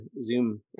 zoom